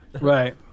Right